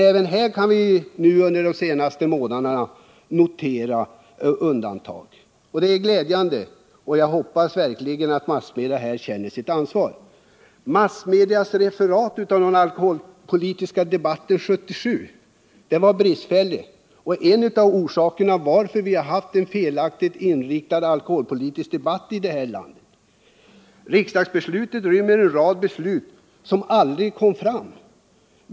Även här kan vi dock notera undantag under de senaste månaderna. Det är glädjande, och jag hoppas att massmedia här känner sitt ansvar. Massmedias referat av den alkoholpolitiska debatten 1977 var bristfälligt och är en av orsakerna till att vi här i landet har haft en felaktigt inriktad alkoholpolitisk debatt. Riksdagsbeslutet rymmer en rad beslut som aldrig kom fram.